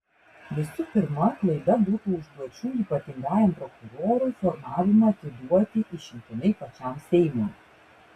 visų pirma klaida būtų užduočių ypatingajam prokurorui formavimą atiduoti išimtinai pačiam seimui